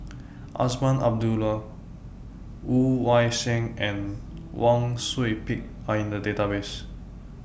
Azman Abdullah Woon Wah Siang and Wang Sui Pick Are in The Database